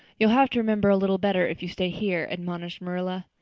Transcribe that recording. you'll have to remember a little better if you stay here, admonished marilla.